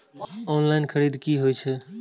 Online खरीद की होए छै?